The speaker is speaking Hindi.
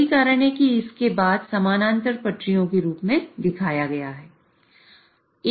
यही कारण है कि इसके बाद समानांतर पटरियों के रूप में दिखाया गया है